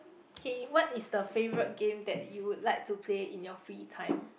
K what is the favourite game that you would like to play in your free time